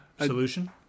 Solution